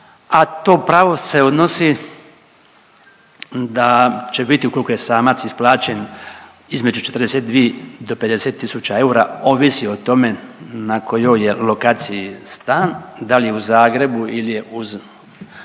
a to pravo se odnosi da će biti ukoliko je samac isplaćen između 42 do 50 000 eura ovisi o tome na kojoj je lokaciji stan da li je u Zagrebu ili je u